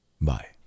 Bye